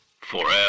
Forever